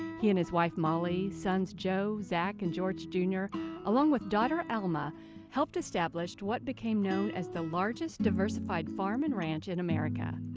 he and his wife molly, sons joe, zack and george jr along with daughter alma helped establish what became known as the largest diversified farm and ranch in america.